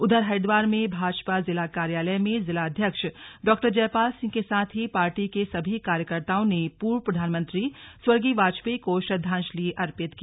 उधर हरिद्वार में भाजपा जिला कार्यालय में जिला अध्यक्ष डॉ जयपाल सिंह के साथ ही पार्टी के सभी कार्यकर्ताओं ने पूर्व प्रधानमंत्री स्वर्गीय वाजपेयी को श्रद्दांजलि अर्पित की